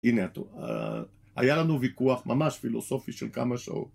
היה לנו ויכוח ממש פילוסופי של כמה שעות